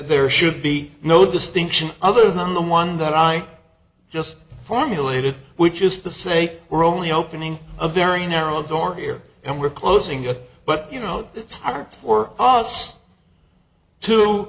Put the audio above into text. there should be no distinction other than the one that i just formulated which is to say we're only opening a very narrow door here and we're closing it but you know it's hard for us to